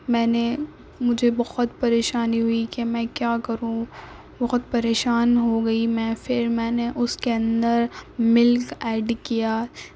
میں نے مجھے بہت پریشانی ہوئی کہ میں کیا کروں بہت پریشان ہو گئی میں پھر میں نے اس کے اندر ملک ایڈ کیا